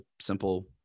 simple